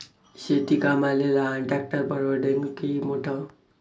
शेती कामाले लहान ट्रॅक्टर परवडीनं की मोठं?